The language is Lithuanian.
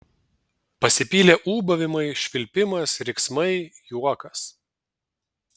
pasipylė ūbavimai švilpimas riksmai juokas